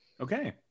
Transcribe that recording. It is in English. Okay